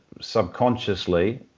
subconsciously